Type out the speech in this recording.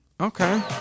okay